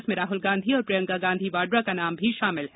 इसमें राहुल गांधी और प्रियंका गांधी वाड्रा का नाम भी शामिल है